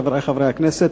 חברי חברי הכנסת,